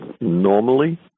normally